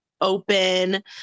open